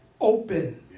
open